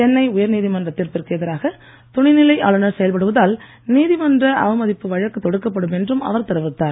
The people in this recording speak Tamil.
சென்னை உயர் நீதிமன்றத் தீர்ப்பிற்கு எதிராக துணைநிலை ஆளுனர் செயல் படுவதால் நீதிமன்ற அவமதிப்பு வழக்கு தொடுக்கப்படும் என்றும் அவர் தெரிவித்தார்